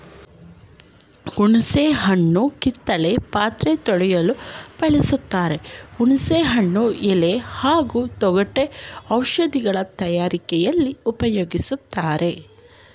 ಹುಣಸೆ ಹಣ್ಣು ಹಿತ್ತಾಳೆ ಪಾತ್ರೆ ತೊಳೆಯಲು ಬಳಸ್ತಾರೆ ಹುಣಸೆ ಹಣ್ಣು ಎಲೆ ಹಾಗೂ ತೊಗಟೆ ಔಷಧಗಳ ತಯಾರಿಕೆಲಿ ಉಪ್ಯೋಗಿಸ್ತಾರೆ